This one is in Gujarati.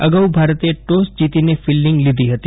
અગાઉ ભારતે ટોસ જીતીને ફિલ્ડીંગ લીધી હતી